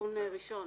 תיקון ראשון.